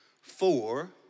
four